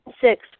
six